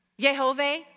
Yehovah